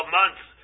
months